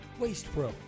WastePro